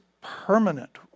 permanent